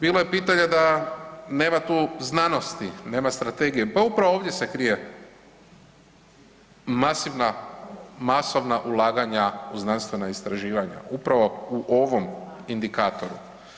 Bilo je pitanja da nema tu znanosti, nema strategije, pa upravo ovdje se krije masivna, masovna ulaganja u znanstvena istraživanja, upravo u ovom indikatoru.